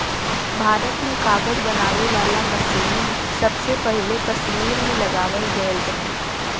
भारत में कागज बनावे वाला मसीन सबसे पहिले कसमीर में लगावल गयल रहल